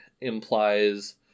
implies